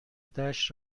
دشت